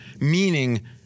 Meaning